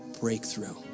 breakthrough